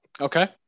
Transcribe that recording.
Okay